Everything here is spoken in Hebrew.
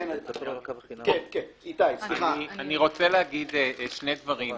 אני רוצה להגיד שני דברים.